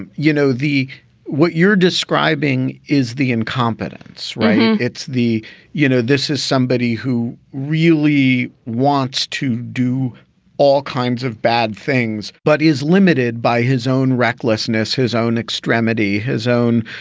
and you know, the what you're describing is the incompetence. incompetence. it's the you know, this is somebody who really wants to do all kinds of bad things, but is limited by his own recklessness, his own extremity, his own,